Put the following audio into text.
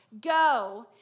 Go